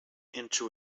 into